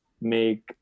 make